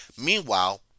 Meanwhile